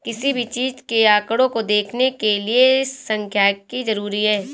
किसी भी चीज के आंकडों को देखने के लिये सांख्यिकी जरूरी हैं